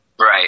Right